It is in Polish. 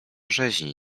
rzeźni